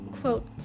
quote